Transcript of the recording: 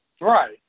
right